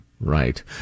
Right